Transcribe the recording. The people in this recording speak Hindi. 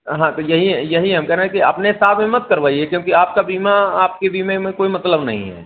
हाँ तो यही यहीं हम कह रहे हैं कि अपने हिसाब से मत करवाइए क्योंकि आपका बीमा आपके बीमें में कोई मतलब नहीं है